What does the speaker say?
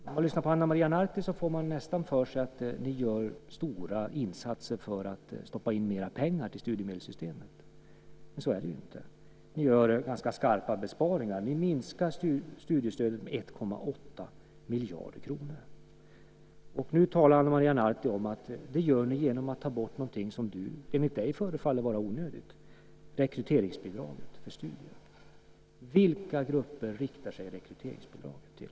När man lyssnar på Ana Maria Narti får man nästan för sig att ni i folkpartiet gör stora insatser för att stoppa in mer pengar i studiemedelssystemet. Men så är det ju inte. Ni gör ganska skarpa besparingar. Ni minskar studiestödet med 1,8 miljarder kronor. Nu talar Ana Maria Narti om att man gör det genom att ta bort någonting som enligt henne förefaller vara onödigt, nämligen rekryteringsbidraget för studier. Vilka grupper riktar sig rekryteringsbidraget till?